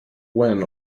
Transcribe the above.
win